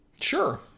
Sure